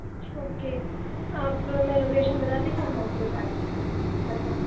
okay آپ ہمیں location بتا دیجیے ہم آپ کو بتا مطلب